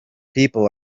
people